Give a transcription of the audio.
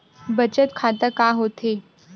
बचत खाता का होथे?